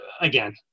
again